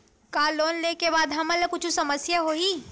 का लोन ले के बाद हमन ला कुछु समस्या होही?